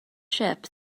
ship